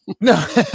No